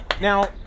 now